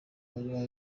manywa